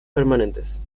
permanentes